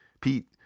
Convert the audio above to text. Pete